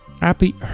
happy